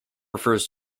refers